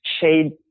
shade